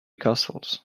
castles